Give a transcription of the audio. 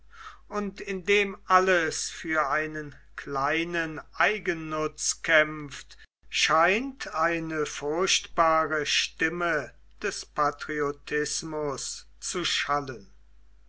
und indem alles für einen kleinen eigennutz kämpft scheint eine furchtbare stimme des patriotismus zu schallen